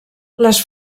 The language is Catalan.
les